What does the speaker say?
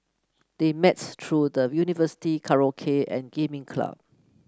they met through the university karaoke and gaming club